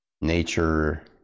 nature